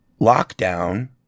lockdown